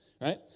right